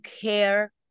care